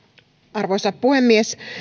arvoisa puhemies